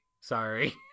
sorry